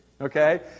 okay